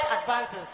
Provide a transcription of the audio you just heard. advances